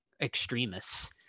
extremists